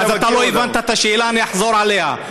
אתה לא הבנת את השאלה, אני אחזור עליה.